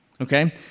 okay